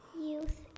Youth